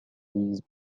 these